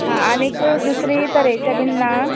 हां आनीक दुसरे तरेचे बीन ना